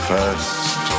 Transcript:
First